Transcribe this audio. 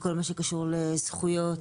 בכל מה שקשור לזכויות